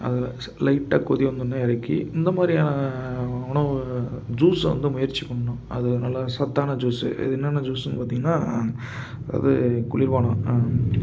அதை ச லைட்டாக கொதி வந்தோடன்னே இறக்கி இந்த மாதிரியான உணவு ஜூஸ்ஸை வந்து முயற்சி பண்ணோம் அது நல்லா சத்தான ஜூஸ் அது என்னென்ன ஜூஸ்ஸுன்னு பார்த்திங்கன்னா அதாவது குளிர்பானம்